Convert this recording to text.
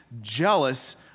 jealous